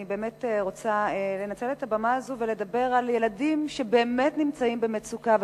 אני רוצה לנצל את הבמה הזאת ולדבר על ילדים שבאמת נמצאים במצוקה.